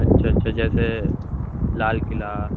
اچھا اچھا جیسے لال قلعہ